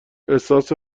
احسسات